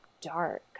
dark